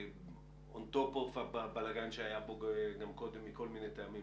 on top הבלגן שהיה פה גם קודם מכל מיני טעמים,